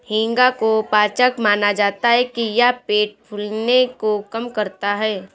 हींग को पाचक माना जाता है कि यह पेट फूलने को कम करता है